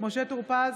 משה טור פז,